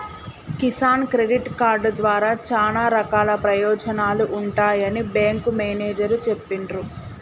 Kisan credit card ద్వారా చానా రకాల ప్రయోజనాలు ఉంటాయని బేంకు మేనేజరు చెప్పిన్రు